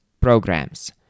programs